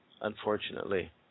unfortunately